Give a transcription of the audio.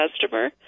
customer